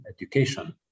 education